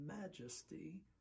majesty